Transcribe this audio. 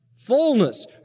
Fullness